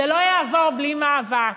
זה לא יעבור בלי מאבק.